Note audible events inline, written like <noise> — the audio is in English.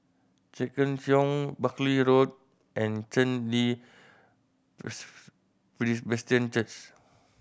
Thekchen Choling Buckley Road and Chen Li <unintelligible> Presbyterian Church